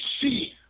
see